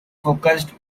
focused